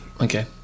okay